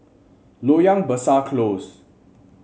Loyang Besar Close